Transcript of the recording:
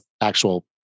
actual